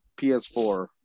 ps4